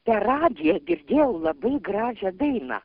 per radiją girdėjau labai gražią dainą